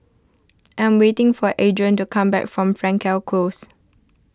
I am waiting for Adron to come back from Frankel Close